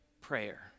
prayer